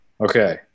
okay